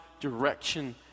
direction